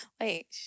Wait